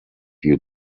you